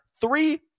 three